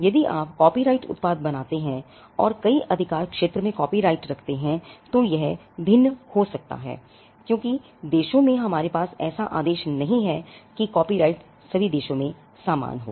यदि आप कॉपीराइट उत्पाद बनाते हैं और कई अधिकार क्षेत्र में कॉपीराइट रखते हैं तो यह भिन्न हो सकता है क्योंकि देशों में हमारे पास ऐसा आदेश नहीं है कि कॉपीराइट सभी देशों में समान हो